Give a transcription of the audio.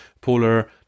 polar